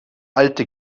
alte